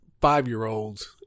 five-year-olds